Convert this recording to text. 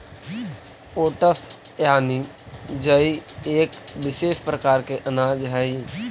oats यानि जई एक विशेष प्रकार के अनाज हइ